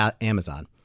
Amazon